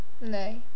Nay